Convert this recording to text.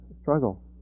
struggle